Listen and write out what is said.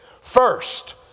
first